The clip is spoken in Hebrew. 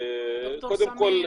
קודם כל,